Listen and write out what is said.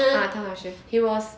ah 谭老师 he was